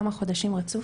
כמה חודשים רצוף